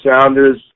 sounders